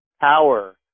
power